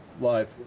live